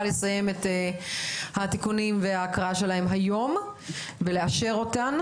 לסיים את התיקונים וההקראה שלהן היום ולאשר אותן.